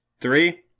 Three